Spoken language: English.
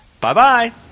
Bye-bye